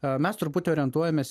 ar mes truputį orientuojamės